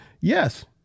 Yes